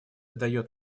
дает